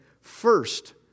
first